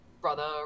brother